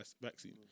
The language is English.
vaccine